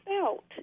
felt